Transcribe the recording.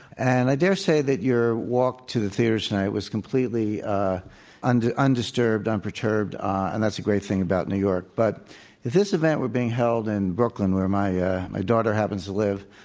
and i dare say that your walk to the theater tonight was completely ah and undisturbed unperturbed, and that's a great thing about new york. but this event were being held in brooklyn, where my my daughter happens to live,